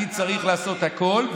אני צריך לעשות הכול,